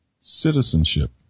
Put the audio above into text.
citizenship